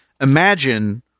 imagine